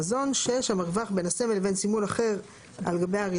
במקומו מכיוון שההוראה הזאת תאפשר לשר להגביל את הסמכות של עצמו והוא הרי